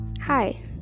Hi